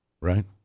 right